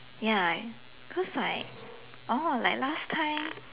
ya cause I oh like last time